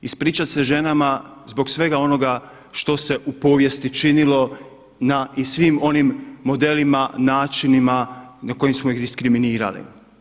Ispričat se ženama zbog svega onoga što se u povijesti činilo na i svim onim modelima, načinima na koje smo ih diskriminirali.